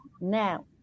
now